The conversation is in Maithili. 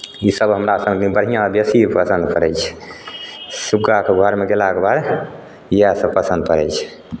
इसभ हमरा सभदिन बढ़िआँ बेसी पसन्द पड़ै छै सुग्गाके घरमे गेलाके बाद इएहसभ पसन्द पड़ै छै